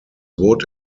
wood